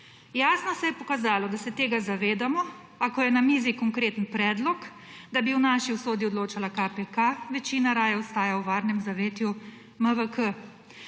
Jasno se je pokazalo, da se tega zavedamo, a ko je na mizi konkreten predlog, da bi o naši usodi odločala KPK, večina raje ostaja v varnem zavetju MVK.